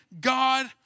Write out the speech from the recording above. God